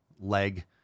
leg